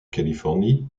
californie